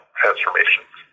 transformations